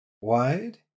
wide